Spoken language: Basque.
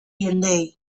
jendeei